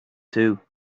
too